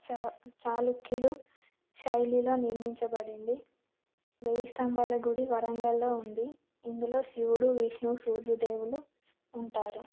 చా చాళుక్యులు శైలిలో నిర్మించబడింది వెయ్యి స్తంభాల గుడి వరంగల్లో ఉంది ఇందులో శివుడు విష్ణువు సూర్యదేవులు ఉంటారు